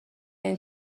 این